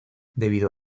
debido